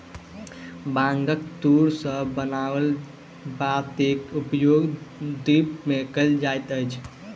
बांगक तूर सॅ बनाओल बातीक उपयोग दीप मे कयल जाइत अछि